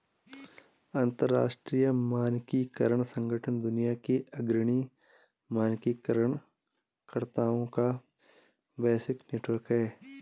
अंतर्राष्ट्रीय मानकीकरण संगठन दुनिया के अग्रणी मानकीकरण कर्ताओं का वैश्विक नेटवर्क है